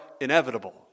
inevitable